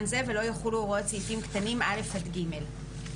זה ולא יחולו הוראות סעיפים קטנים (א) עד (ג).